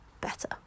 better